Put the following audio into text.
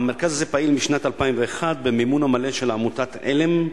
המרכז הזה פעיל משנת 2001 במימון מלא של עמותת "עלם",